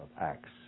Acts